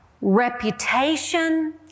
reputation